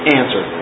answer